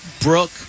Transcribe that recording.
Brooke